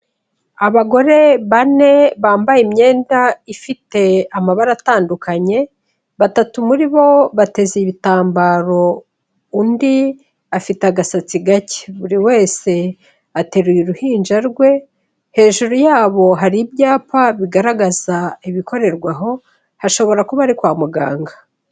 Abagore bane bambaye imyenda ifite amabara atandukanye, batatu muri bo bateze ibitambaro, undi afite agasatsi gake, buri wese ateruye uruhinja rwe, hejuru yabo hari ibyapa bigaragaza ibikorerwaho hashobora kuba ari kwa muganga.